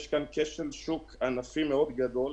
יש כאן כשל שוק ענפי מאוד גדול,